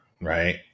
right